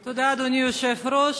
תודה, אדוני היושב-ראש.